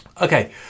Okay